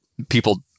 people